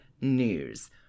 news